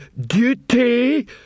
duty